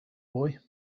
boy